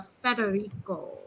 Federico